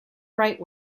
right